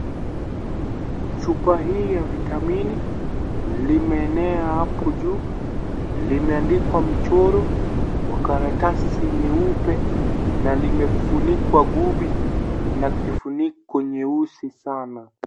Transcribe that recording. Chupa hii ya vitamini limeenea hapo juu. Limeandikwa michoro kwa karatasi nyeupe na limefunikwa gubi na kifuniko nyeusi sana.